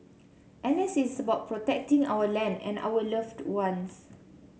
N S is about protecting our land and our loved ones